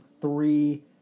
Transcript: Three